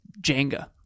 Jenga